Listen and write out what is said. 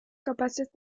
capaces